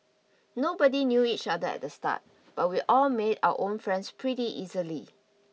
nobody knew each other at the start but we all made our own friends pretty easily